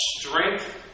strength